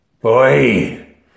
Boy